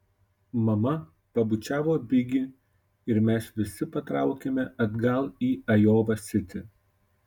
mama pabučiavo bigi ir mes visi patraukėme atgal į ajova sitį